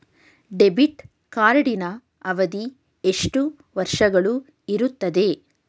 Debit ಕಾರ್ಡಿನ ಅವಧಿ ಎಷ್ಟು ವರ್ಷಗಳು ಇರುತ್ತದೆ?